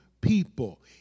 people